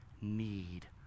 need